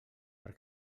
per